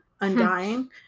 undying